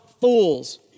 fools